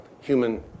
human